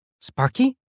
Sparky